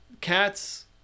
Cats